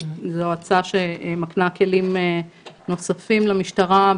זו הצעה שמקנה כלים נוספים למשטרה.